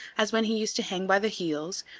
as when he used to hang by the heels,